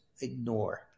ignore